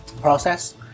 process